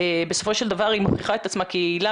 בסופו של דבר היא מוכיחה את עצמה כיעילה